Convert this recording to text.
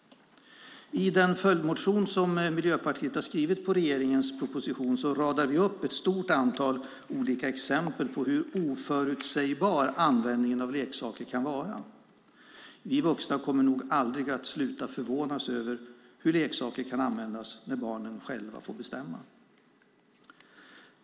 I den följdmotion som Miljöpartiet skrivit på regeringens proposition radar vi upp ett stort antal exempel på hur oförutsägbar användningen av leksaker kan vara. Vi vuxna kommer nog aldrig att sluta förvånas över hur leksaker kan användas när barnen själva får bestämma.